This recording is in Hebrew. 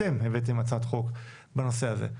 אתם הבאתם הצעת חוק בנושא הזה.